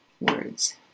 words